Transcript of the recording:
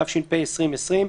התש"ף 2020,